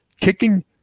Kicking